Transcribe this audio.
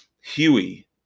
Huey